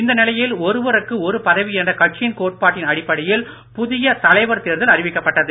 இந்நிலையில் ஒருவருக்கு ஒரு பதவி என்ற கட்சியின் கோட்பாட்டின் அடிப்படையில் புதிய தலைவர் தேர்தல் அறிவிக்கப்பட்டது